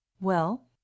Well